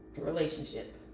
Relationship